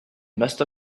must